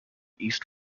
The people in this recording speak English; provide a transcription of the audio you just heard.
east